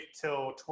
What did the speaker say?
till